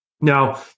Now